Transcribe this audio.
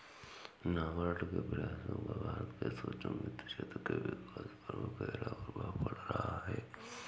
नाबार्ड के प्रयासों का भारत के सूक्ष्म वित्त क्षेत्र के विकास पर गहरा प्रभाव रहा है